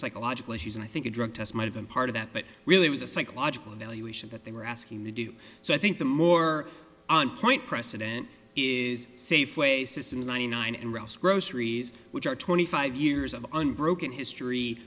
psychological issues and i think a drug test might have been part of that but really it was a psychological evaluation that they were asking him to do so i think the more point president is safeway system ninety nine and groceries which are twenty five years of unbroken history